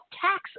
taxes